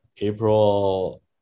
April